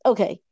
Okay